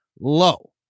low